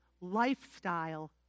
lifestyle